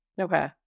Okay